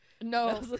no